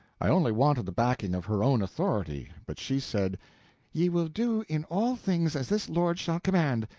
i only wanted the backing of her own authority but she said ye will do in all things as this lord shall command.